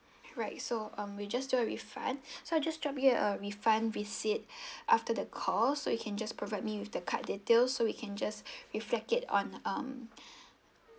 right so um we'll just do a refund so I'll just drop you a refund receipt after the call so you can just provide me with the card details so we can just reflect it on um